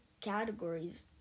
categories